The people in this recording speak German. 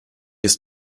ist